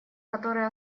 который